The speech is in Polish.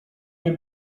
nie